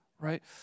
Right